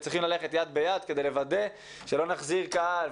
צריכים ללכת יד ביד כדי לוודא שלא נחזיר קהל,